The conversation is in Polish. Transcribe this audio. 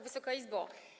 Wysoka Izbo!